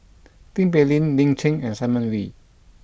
Tin Pei Ling Lin Chen and Simon Wee